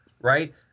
right